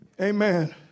Amen